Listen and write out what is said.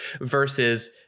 versus